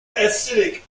acidic